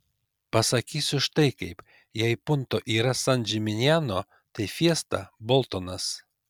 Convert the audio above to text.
pasakysiu štai kaip jei punto yra san džiminjano tai fiesta boltonas